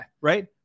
Right